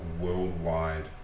worldwide